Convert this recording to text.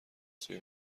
سوی